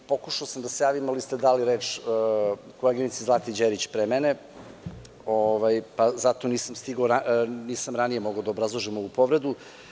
Pokušao sam da se javim, ali ste dali reč koleginici Zlati Đerić pre mene, pa zato nisam ranije mogao da obrazložim ovu povredu.